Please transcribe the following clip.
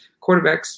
quarterbacks